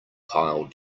pile